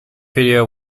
video